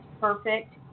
perfect